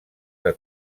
que